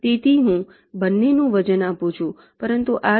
તેથી હું બંને નું વજન આપું છું પરંતુ આ કિસ્સામાં B1 B2 અને B3